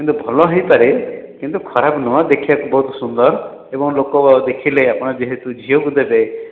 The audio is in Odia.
କିନ୍ତୁ ଭଲ ହେଇପାରେ କିନ୍ତୁ ଖରାପ ନୁହଁ ଦେଖିବାକୁ ବହୁତ ସୁନ୍ଦର ଏବଂ ଲୋକ ଦେଖିଲେ ଆପଣ ଯେହେତୁ ଝିଅକୁ ଦେବେ